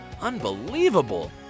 Unbelievable